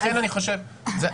זו